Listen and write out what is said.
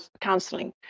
counseling